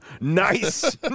nice